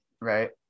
Right